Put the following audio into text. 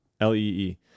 L-E-E